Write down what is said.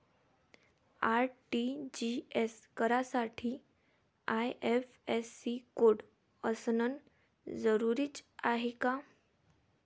RTGS करासाठी IFSC code असनं जरुरीच हाय का?